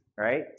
right